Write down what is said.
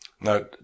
Now